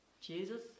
Jesus